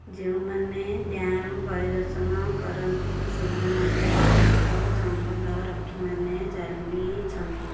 ଯେଉଁମାନେ ଡ୍ୟାମ୍ ପରିଦର୍ଶନ କରନ୍ତି ସେମାନଙ୍କ ସହିତ ଜଙ୍ଗଲ ରକ୍ଷୀମାନେ ଚାଲିଛନ୍ତି